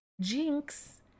jinx